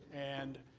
and